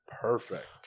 Perfect